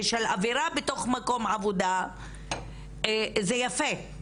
ושל אווירה בתוך מקום עבודה - זה יפה.